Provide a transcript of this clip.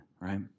right